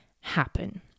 happen